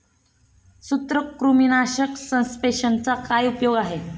सूत्रकृमीनाशक सस्पेंशनचा काय उपयोग आहे?